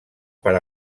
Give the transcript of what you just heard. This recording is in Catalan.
per